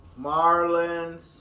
Marlins